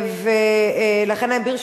ממש